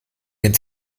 den